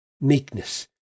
meekness